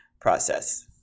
process